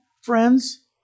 friends